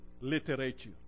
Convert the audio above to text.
literature